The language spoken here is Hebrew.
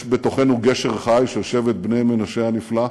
יש בתוכנו גשר חי של שבט בני מנשה הנפלא,